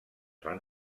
van